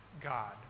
God